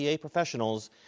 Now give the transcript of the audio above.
professionals